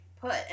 put